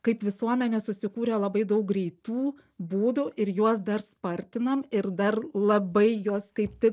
kaip visuomenė susikūrę labai daug greitų būdų ir juos dar spartinam ir dar labai juos kaip tik